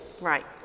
Right